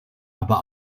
aber